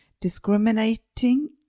Discriminating